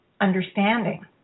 understanding